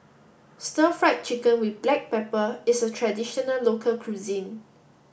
Stir Fried Chicken with Black Pepper is a traditional local cuisine